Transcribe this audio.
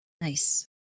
Nice